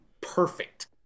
perfect